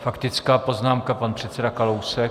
Faktická poznámka, pan předseda Kalousek.